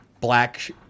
black